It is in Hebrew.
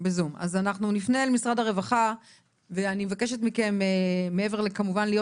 אז אנחנו נפנה למשרד הרווחה ואני מבקשת מכן שמעבר לזה להיות